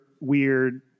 weird